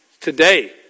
today